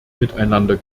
miteinander